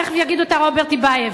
תכף יגיד אותה רוברט טיבייב.